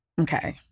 okay